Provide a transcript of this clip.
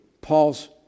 Paul's